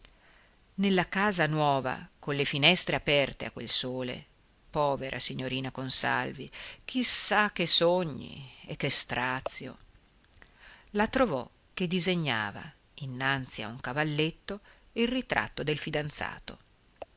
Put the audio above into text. nella casa nuova con le finestre aperte a quel sole povera signorina consalvi chi sa che sogni e che strazio la trovò che disegnava innanzi a un cavalletto il ritratto del fidanzato